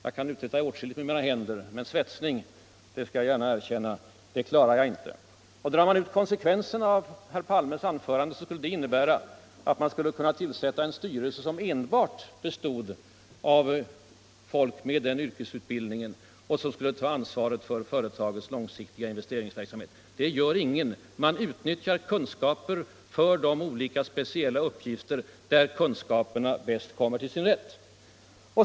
Jag kan uträtta åtskilligt med mina händer, men svetsning — det skall jag gärna erkänna — klarar jag inte. Drar man ut konsekvenserna av herr Palmes anförande innebär det att man skulle kunna låta enbart folk med sådan här yrkesutbildning ta ansvar för ett företags långsiktiga investeringsverksamhet. Så handlar ingen. Man utnyttjar kunskaper för olika, speciella uppgifter där kunskaperna bäst kommer till sin rätt.